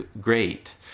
great